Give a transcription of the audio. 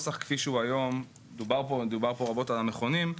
דובר פה רבות על המכונים,